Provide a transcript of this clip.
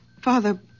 Father